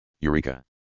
Eureka